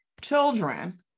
children